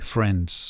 Friends